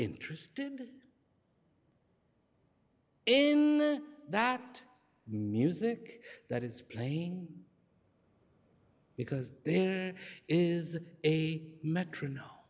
interested in that music that is playing because there is a metrono